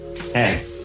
Hey